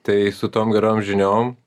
tai su tom gerom žiniom